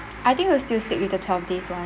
I think we'll still stick with the twelve days one